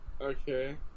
Okay